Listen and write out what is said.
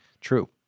True